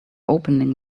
opening